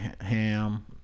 ham